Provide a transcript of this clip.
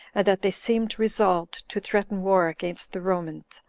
and that they seemed resolved to threaten war against the romans,